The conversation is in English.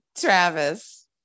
Travis